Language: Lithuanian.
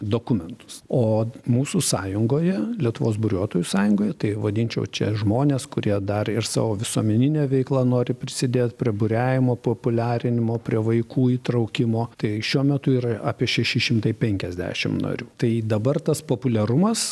dokumentus o mūsų sąjungoje lietuvos buriuotojų sąjungoje tai vadinčiau čia žmones kurie dar ir savo visuomenine veikla nori prisidėt prie buriavimo populiarinimo prie vaikų įtraukimo tai šiuo metu yra apie šeši šimtai penkiasdešim narių tai dabar tas populiarumas